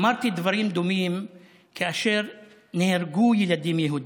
אמרתי דברים דומים כאשר נהרגו ילדים יהודים.